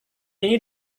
ini